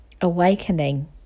awakening